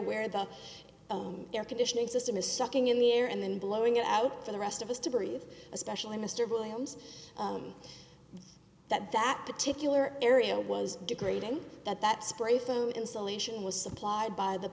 where the own air conditioning system is sucking in the air and then blowing it out for the rest of us to breathe especially mr williams that that particular area was degrading that that spray foam insulation was supplied by the